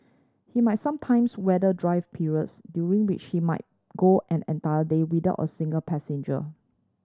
he must sometimes weather dry periods during which he might go an entire day without a single passenger